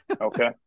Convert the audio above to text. Okay